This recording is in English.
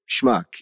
schmuck